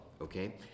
okay